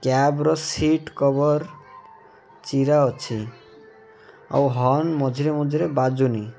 କ୍ୟାବ୍ର seat cover ଚିରା ଅଛି ଆଉ ହର୍ଣ୍ଣ ମଝିରେ ମଝିରେ ବାଜୁନି